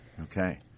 Okay